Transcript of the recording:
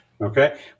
Okay